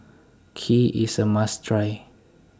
Kheer IS A must Try